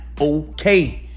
okay